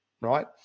right